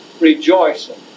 rejoicing